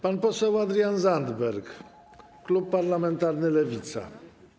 Pan poseł Adrian Zandberg, klub parlamentarny Lewica.